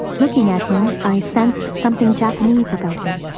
looking at him, i sensed something japanese about him.